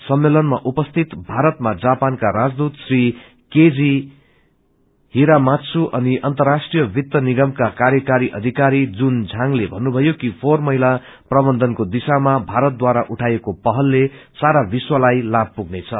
सम्मेलनमा उपस्थित भारतमा जापानका राजदूत श्री के जी हीरामात्सु अनि अन्तराष्ट्रीय वित्त निगमका र्कायकारी अधिकारी जुन झांगले भन्नुभयो कि फोहर मैला प्रबन्धनको दिशामा भारतद्वारा उठाइएको पहलले सारा विश्वलाई लाभ पुग्नेछ